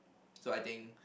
so I think